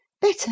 better